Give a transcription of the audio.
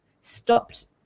stopped